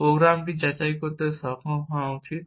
প্রোগ্রামটি যাচাই করতে সক্ষম হওয়া উচিত